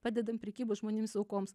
padedam prekybos žmonėmis aukoms